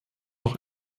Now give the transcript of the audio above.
noch